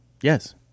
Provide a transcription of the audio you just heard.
Yes